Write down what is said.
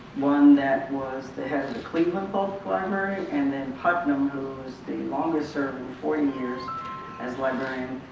one that was they had the cleveland public library and then putnam who was the longest-serving, forty years as librarian